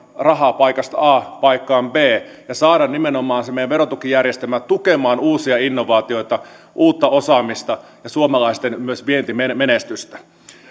rahaa paikasta a paikkaan b ja saada nimenomaan se verotukijärjestelmä tukemaan uusia innovaatioita uutta osaamista ja myös suomalaisten vientimenestystä